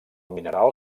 mineral